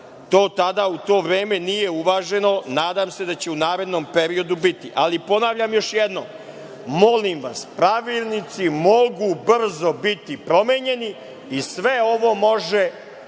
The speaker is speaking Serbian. to tada u to vreme nije uvaženo. Nadam se da će u narednom periodu biti. Ponavljam još jednom, molim vas, pravilnici mogu brzo biti promenjeni i sve ovo može